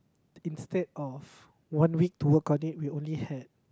instead of one week to work on it we only had